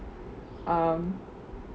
um